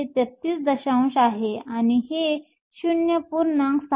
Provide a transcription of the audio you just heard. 633 आहे आणि हे 0